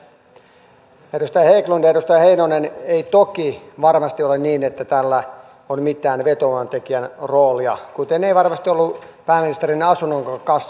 edustaja haglund ja edustaja heinonen ei toki varmasti ole niin että tällä on mitään vetovoimatekijän roolia kuten ei varmasti ollut pääministerin asunnonkaan kanssa